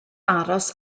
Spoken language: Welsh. aros